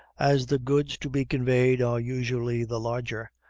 as the goods to be conveyed are usually the larger,